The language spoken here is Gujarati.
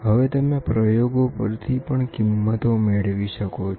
હવે તમે પ્રયોગો પરથી પણ કિંમતો મેળવી શકો છો